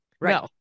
Right